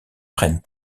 prennent